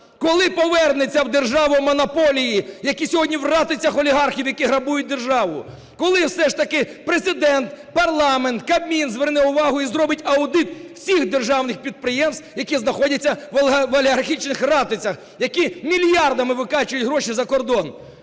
Коли повернуться в державу монополії, які сьогодні в ратицях олігархів, які грабують державу? Коли все ж таки Президент, парламент, Кабмін зверне увагу і зробить аудит всіх державних підприємств, які знаходяться в олігархічних ратицях, які мільярдами викачують гроші за кордон?